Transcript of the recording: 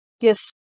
Yes